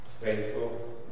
faithful